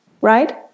right